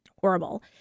horrible